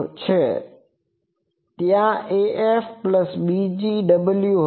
પછી ત્યાં 〈afbg w〉 હશે